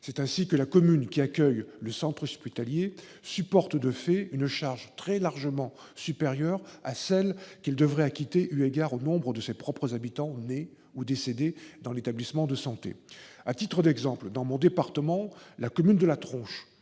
contribution. La commune d'accueil du centre hospitalier supporte ainsi, de fait, une charge très largement supérieure à celle qui devrait être la sienne, eu égard au nombre de ses propres habitants nés ou décédés dans l'établissement de santé. À titre d'exemple, dans mon département, la commune de La Tronche-